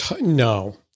No